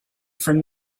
from